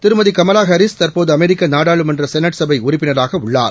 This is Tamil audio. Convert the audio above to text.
திருமதிகமலாஹாரிஸ் தற்போதுஅமெரிக்கநாடாளுமன்றசௌட் சபை உறுப்பினராகஉள்ளார்